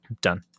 done